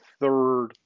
third